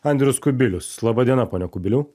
andrius kubilius laba diena pone kubiliau